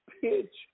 pitch